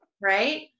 right